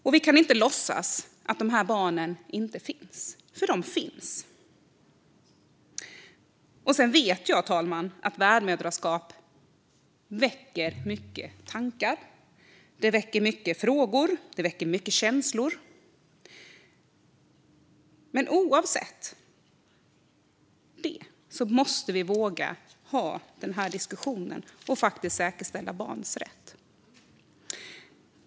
Och vi kan inte låtsas som om de här barnen inte finns, för de finns. Jag vet att detta med värdmoderskap väcker mycket tankar, frågor och känslor. Men i vilket fall som helst måste vi våga ha denna diskussion och säkerställa barns rätt.